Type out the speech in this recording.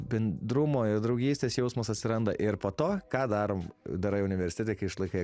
bendrumo ir draugystės jausmas atsiranda ir po to ką darom darai universitete kai išlaikai